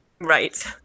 right